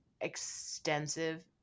extensive